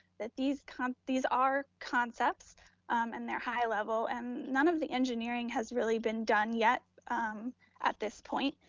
that these kind of these are concepts and they're high level and none of the engineering has really been done yet at this point,